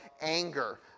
anger